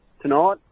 tonight